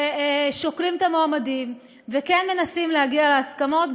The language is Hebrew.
ושוקלים את המועמדים, וכן מנסים להגיע להסכמות.